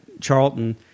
Charlton